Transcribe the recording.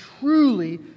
truly